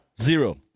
Zero